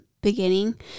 beginning